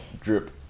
drip